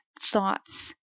thoughts